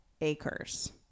acres